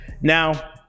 now